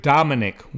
Dominic